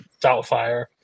Doubtfire